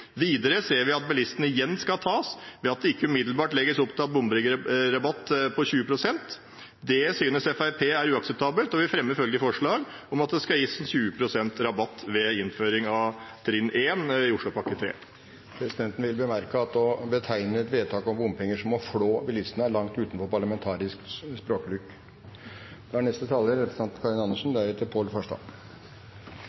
Videre ser vi at bilistene igjen skal tas, ved at det ikke umiddelbart legges opp til en bombrikkerabatt på 20 pst. Det synes Fremskrittspartiet er uakseptabelt, og vi fremmer følgelig et forslag om at det skal gis 20 pst. rabatt ved innføring av trinn 1 i Oslopakke 3. Presidenten vil bemerke at å betegne et vedtak om bompenger som «å flå» bilistene er langt utenfor parlamentarisk språkbruk. Jeg synes det er